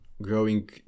growing